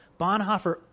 Bonhoeffer